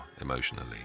emotionally